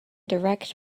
direct